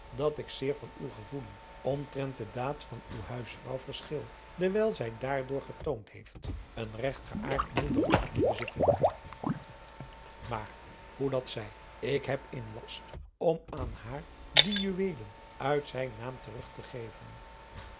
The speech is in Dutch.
dat ik zeer van uw gevoelen omtrent de daad van uwe huisvrouw verschil dewijl zij daardoor getoond heeft een regt geaard moederlijk hart te bezitten maar hoe dat zij ik heb in last om aan haar die juweelen uit zijn naam te rug te geven